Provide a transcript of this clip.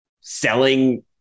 selling